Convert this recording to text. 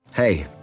Hey